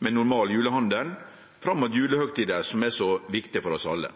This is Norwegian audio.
med normal julehandel fram mot julehøgtida som er så viktig for oss alle?»